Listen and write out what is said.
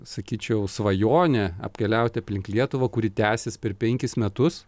sakyčiau svajonę apkeliauti aplink lietuvą kuri tęsis per penkis metus